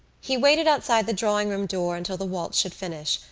he waited outside the drawing-room door until the waltz should finish,